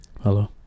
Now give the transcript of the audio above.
Hello